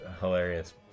hilarious